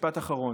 משפט אחרון.